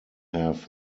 have